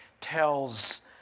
tells